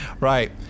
Right